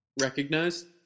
Recognized